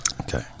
Okay